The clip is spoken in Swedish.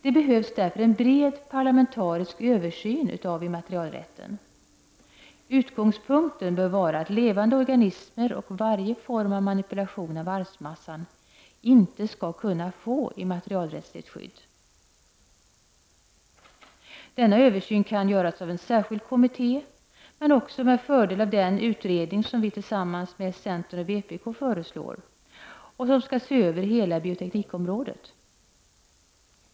Det behövs därför en bred parlamentarisk översyn av immaterialrätten. Utgångspunkten bör vara att levande organismer och manipulation av arvsmassan — i vilken form det än må vara — inte skall kunna få immaterialrättsligt skydd. Denna översyn kan göras av en särskild kommitté, men också med fördel av den utredning som vi tillsammans med centern och vpk föreslår och som skall se över hela bioteknikområdet.